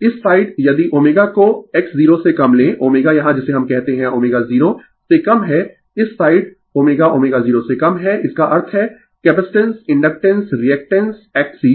तो इस साइड यदि ω को X 0 से कम लें ω यहां जिसे हम कहते है ω0 से कम है इस साइड ω ω0 से कम है इसका अर्थ है कैपेसिटेंस इंडक्टेन्स रीएक्टेन्स XC